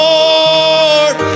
Lord